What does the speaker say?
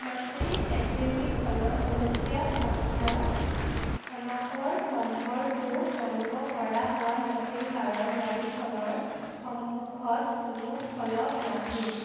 Mercedes S U V খনৰ অনুজ্ঞাপত্ৰ ফলকৰ নম্বৰটো জানিবপৰা হোৱা নাছিল কাৰণ গাড়ীখনৰ সন্মুখত কোনো ফলক নাছিল